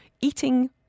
eating